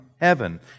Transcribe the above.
heaven